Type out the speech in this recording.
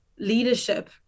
leadership